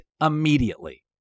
immediately